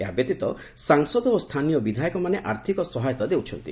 ଏହାବ୍ୟତୀତ ସାଂସଦ ଓ ସ୍ଥାନୀୟ ବିଧାୟକମାନେ ଆର୍ଥକ ସହାୟତା ଦେଉଛନ୍ତି